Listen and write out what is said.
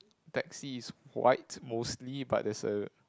taxi is white mostly but there's a